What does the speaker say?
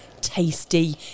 tasty